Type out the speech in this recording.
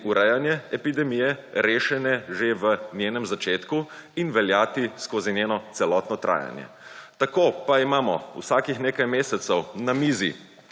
urejanje epidemije rešene že v njenem začetku in veljati skozi njeno celotno trajanje. Tako pa imamo vsakih nekaj mesecev na mizi